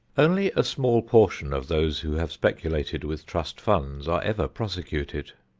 only a small portion of those who have speculated with trust funds are ever prosecuted.